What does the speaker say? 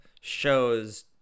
shows